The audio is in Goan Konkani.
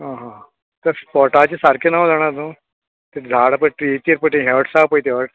आं हां तशें स्पाॅटाचें सारकें नांव जाणा तूं ते झाड पळय ट्रीयेचें पळय तें हट्स आसा पळय ते हट्स